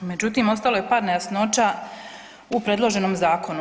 Međutim, ostalo je par nejasnoća u predloženom zakonu.